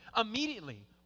Immediately